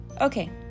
Okay